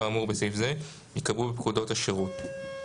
האמור בסעיף זה ייקבעו בפקודות השירות.